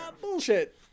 Bullshit